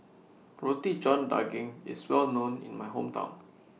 Roti John Daging IS Well known in My Hometown